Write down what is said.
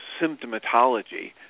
symptomatology